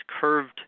curved